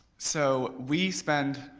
so we spend